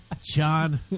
John